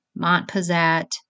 Montpezat